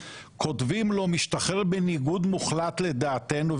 כותבים לו משתחרר בניגוד מוחלט לדעתנו,